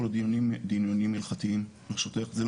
הדרישות שונות,